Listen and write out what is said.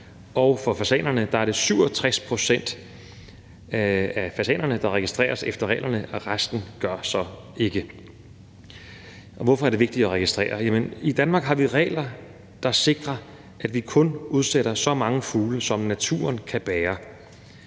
og at det er 67 pct. af fasanerne, der bliver registreret efter reglerne, mens resten så ikke gør det. Hvorfor er det vigtigt, at de bliver registreret? I Danmark har vi jo regler, der sikrer, at vi kun udsætter så mange fugle, som naturen kan bære,